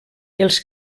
els